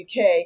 UK